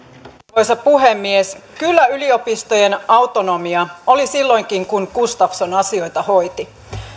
arvoisa puhemies kyllä yliopistojen autonomia oli silloinkin kun gustafsson asioita hoiti